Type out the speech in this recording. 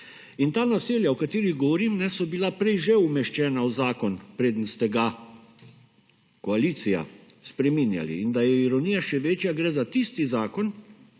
In ta naselja, o katerih govorim, so bila prej že umeščena v zakon, preden ste ga, koalicija, spreminjali in da je ironija še večja, gre za tisti zakon,